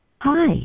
Hi